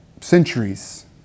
centuries